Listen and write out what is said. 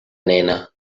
nena